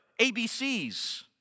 ABCs